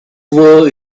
world